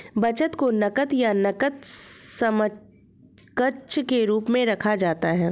बचत को नकद या नकद समकक्ष के रूप में रखा जाता है